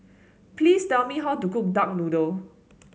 please tell me how to cook Duck Noodle